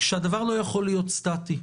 שהדבר לא יכול להיות סטטי.